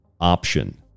option